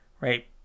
right